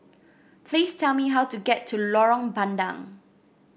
please tell me how to get to Lorong Bandang